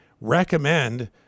recommend